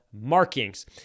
markings